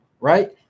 right